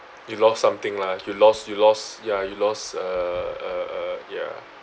you lost something lah you lost you lost ya your uh uh uh ya